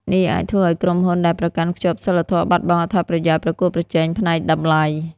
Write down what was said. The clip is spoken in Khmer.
នេះអាចធ្វើឱ្យក្រុមហ៊ុនដែលប្រកាន់ខ្ជាប់សីលធម៌បាត់បង់អត្ថប្រយោជន៍ប្រកួតប្រជែងផ្នែកតម្លៃ។